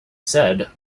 said